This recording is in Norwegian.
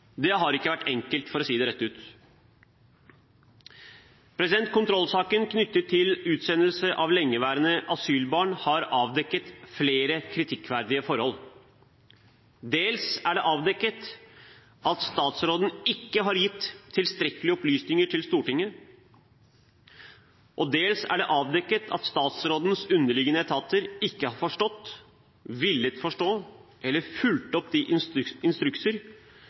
Det har ikke vært enkelt, for å si det rett ut. Kontrollsaken knyttet til utsendelse av lengeværende asylbarn har avdekket flere kritikkverdige forhold. Dels er det avdekket at statsråden ikke har gitt tilstrekkelige opplysninger til Stortinget, og dels er det avdekket at statsrådens underliggende etater ikke har forstått, villet forstå eller fulgt opp de instrukser